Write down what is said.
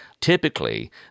Typically